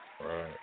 Right